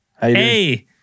Hey